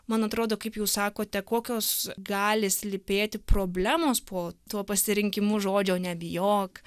man atrodo kaip jūs sakote kokios gali slypėti problemos po tuo pasirinkimu žodžio nebijok